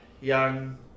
young